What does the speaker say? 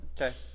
Okay